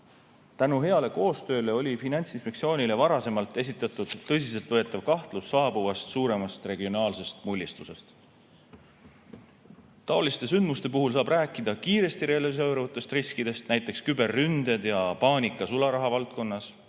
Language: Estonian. Tänu heale koostööle oli Finantsinspektsioonile varem esitatud tõsiseltvõetav kahtlus saabuvast suuremast regionaalsest mullistusest. Taoliste sündmuste puhul saab rääkida kiiresti realiseeruvatest riskidest, näiteks küberründed ja paanika sularaha valdkonnas,